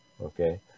Okay